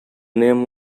name